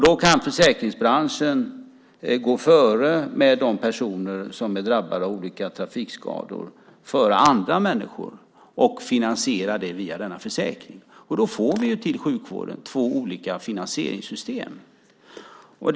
Då kan försäkringsbranschen gå före med de personer som är drabbade av olika trafikskador, före andra människor, och finansiera det via denna försäkring. Då får vi ju två olika finansieringssystem till sjukvården.